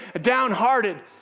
downhearted